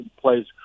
plays